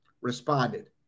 responded